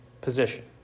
position